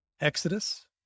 exodus